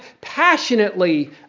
passionately